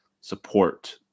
support